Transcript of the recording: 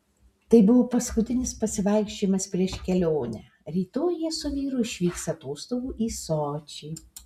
tai buvo paskutinis pasivaikščiojimas prieš kelionę rytoj jie su vyru išvyks atostogų į sočį